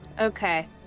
Okay